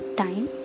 time